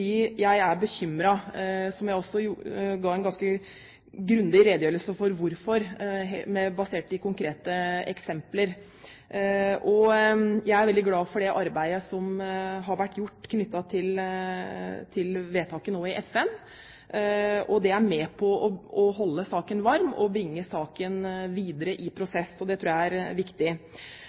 jeg er bekymret. Jeg ga også en ganske grundig redegjørelse for hvorfor, basert på konkrete eksempler. Jeg er veldig glad for det arbeidet som har vært gjort, knyttet til vedtaket i FN, som er med på å holde saken varm og bringe saken videre i prosess. Det tror jeg er viktig.